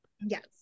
Yes